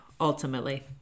ultimately